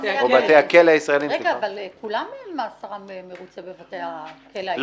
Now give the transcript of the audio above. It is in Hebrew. אבל המאסר של כולם מרוצה בבתי הכלא הישראליים.